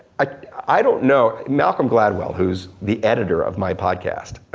i don't know, malcolm gladwell who's the editor of my podcast,